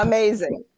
Amazing